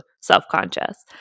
self-conscious